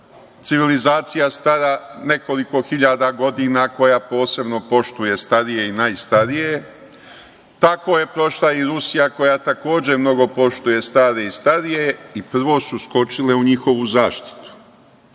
civilizacija stara nekoliko hiljada godina koja posebno poštuje starije i najstarije. Tako je prošla i Rusija koja takođe mnogo poštuje stare i starije i prvo su skočile u njihovu zaštitu.